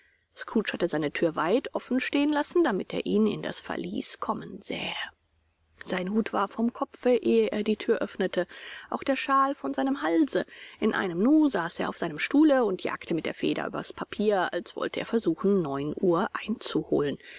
scrooge hatte seine thür weit offen stehen lassen damit er ihn in das verließ kommen sähe sein hut war vom kopfe ehe er die thür öffnete auch der shawl von seinem halse in einem nu saß er auf seinem stuhle und jagte mit der feder übers papier als wollte er versuchen neun uhr einzuholen